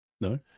No